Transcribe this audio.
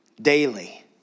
daily